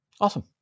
Awesome